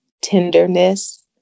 tenderness